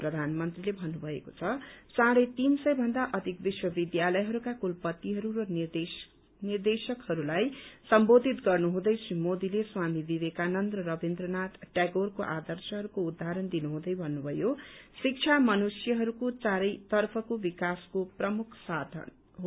प्रथानमन्त्रीले भन्नुभएको छ साझेत तीन सय भन्दा अधिक विश्वविद्यालयहरूका कूलपतिहरू र निदेशकहरूलाई सम्बोधित गर्नुहँदै श्री मोदीले स्वामी विवेकानन्द र रवीन्द्रनाथ टेगोरको आदर्शहरूको उदाहरण दिनुहँदै भन्नुभयो शिक्षा मनुष्यहरूको चारैतर्फको विकासको प्रमुख साथन हो